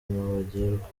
bagirwa